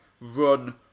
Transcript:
run